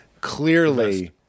clearly